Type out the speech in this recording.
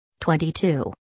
22